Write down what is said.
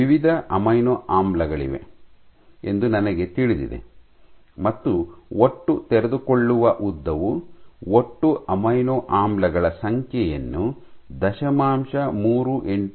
ವಿವಿಧ ಅಮೈನೊ ಆಮ್ಲಗಳಿವೆ ಎಂದು ನನಗೆ ತಿಳಿದಿದೆ ಮತ್ತು ಒಟ್ಟು ತೆರೆದುಕೊಳ್ಳುವ ಉದ್ದವು ಒಟ್ಟು ಅಮೈನೊ ಆಮ್ಲಗಳ ಸಂಖ್ಯೆಯನ್ನು ದಶಮಾಂಶ ಮೂರು ಎಂಟು 0